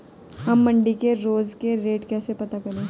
हम मंडी के रोज के रेट कैसे पता करें?